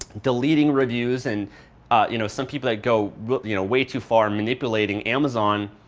deleting reviews and you know some people like go but you know way too far and manipulating amazon.